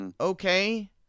okay